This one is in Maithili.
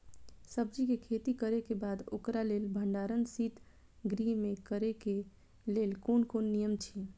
सब्जीके खेती करे के बाद ओकरा लेल भण्डार शित गृह में करे के लेल कोन कोन नियम अछि?